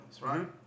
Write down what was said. right